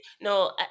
No